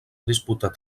disputat